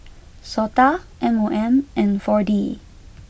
Sota M O M and four D